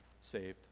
saved